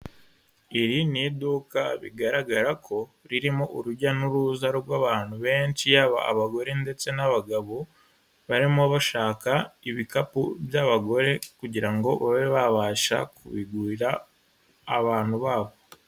Iri ni iduka bigaragara ko ririmo urujya n'uruza rw'abantu benshi yaba abagore ndetse n'abagabo, barimo bashaka ibikapu by'abagore kugira ngo babe babasha kubigurira abantu babo.